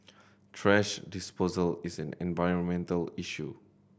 thrash disposal is an environmental issue